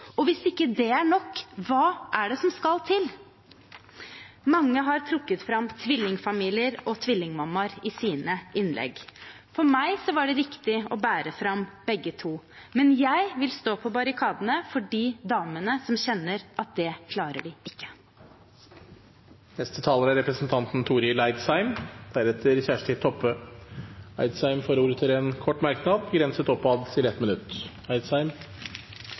øker. Hvis ikke det er nok, hva er det som skal til? Mange har trukket fram tvillingfamilier og tvillingmammaer i sine innlegg. For meg var det riktig å bære fram begge to, men jeg vil stå på barrikadene for de damene som kjenner at det klarer de ikke. Representanten Torill Eidsheim har hatt ordet to ganger tidligere og får ordet til en kort merknad, begrenset til 1 minutt.